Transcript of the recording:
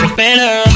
better